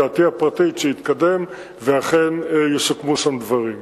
דעתי הפרטית, שיתקדם, ואכן יסוכמו שם דברים.